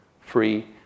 free